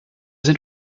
sind